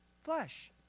flesh